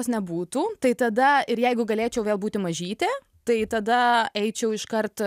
nebūtų tai tada ir jeigu galėčiau vėl būti mažytė tai tada eičiau iškart